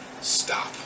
stop